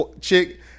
chick